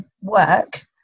work